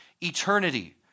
eternity